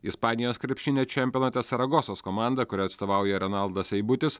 ispanijos krepšinio čempionate saragosos komanda kuriai atstovauja renaldas seibutis